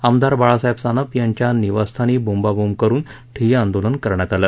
आमदार बाळासाहेब सानप यांच्या निवासस्थानी बोंबाबोंब करून ठिय्या आंदोलन करण्यात आलं